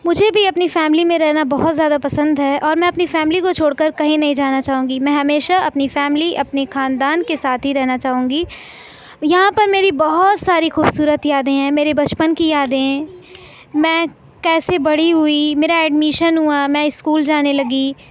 مجھے بھی اپنی فیملی میں رہنا بہت زیادہ پسند ہے اورمیں اپنی فیملی کو چھوڑ کر کہیں نہیں جانا چاہوں گی میں ہمیشہ اپنی فیملی اپنی خاندان کے ساتھ ہی رہنا چاہوں گی یہاں پر میری بہت ساری خوبصورت یادیں ہیں میرے بچپن کی یادیں میں کیسے بڑی ہوئی میرا ایڈمیشن ہوا میں اسکول جانے لگی